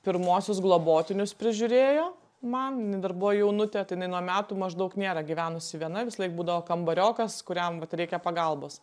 pirmuosius globotinius prižiūrėjo man jinai dar buvo jaunutė tai jinai nuo metų maždaug nėra gyvenusi viena visąlaik būdavo kambariokas kuriam vat reikia pagalbos